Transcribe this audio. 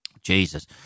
Jesus